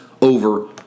over